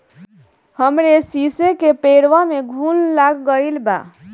हमरे शीसो के पेड़वा में घुन लाग गइल बा